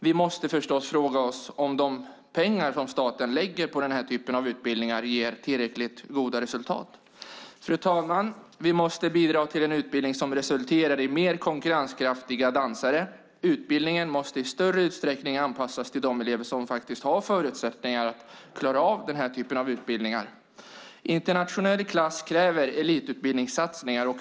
Vi måste förstås fråga oss om de pengar som staten lägger på den här typen av utbildningar ger tillräckligt goda resultat. Fru talman! Vi måste bidra till en utbildning som resulterar i mer konkurrenskraftiga dansare. Utbildningen måste i större utsträckning anpassas till de elever som faktiskt har förutsättningar att klara av denna typ av utbildning. Internationell klass kräver elitutbildningssatsningar.